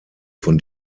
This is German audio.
von